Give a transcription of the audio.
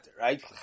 right